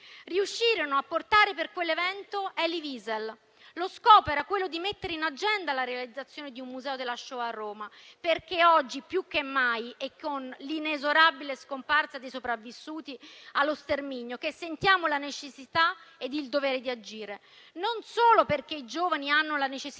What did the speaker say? Riuscirono a portare, per quell'evento, Elie Wiesel: lo scopo era quello di mettere in agenda la realizzazione di un Museo della Shoah a Roma. Oggi, più che mai, con l'inesorabile scomparsa dei sopravvissuti allo sterminio, sentiamo la necessità e il dovere di agire, non solo perché i giovani hanno la necessità